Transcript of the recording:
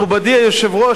מכובדי היושב-ראש,